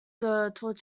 torture